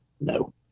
no